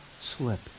slip